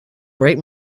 break